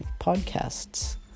podcasts